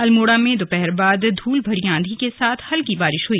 अल्मोड़ा में दोपहर बाद धूल भरी आंधी के बाद हल्की बारिश हुई